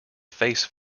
face